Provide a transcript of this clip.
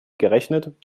gerechnet